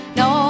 no